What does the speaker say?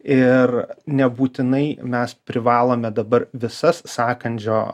ir nebūtinai mes privalome dabar visas sąkandžio